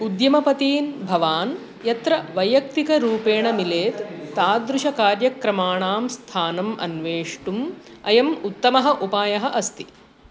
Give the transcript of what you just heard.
उद्यमपतीन् भवान् यत्र वैयक्तिकरूपेण मिलेत् तादृशकार्यक्रमाणां स्थानम् अन्वेष्टुम् अयम् उत्तमः उपायः अस्ति